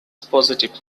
positive